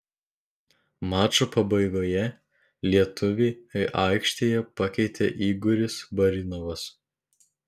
mačo pabaigoje lietuvį aikštėje pakeitė igoris barinovas